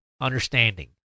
understanding